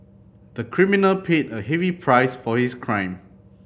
the criminal paid a heavy price for his crime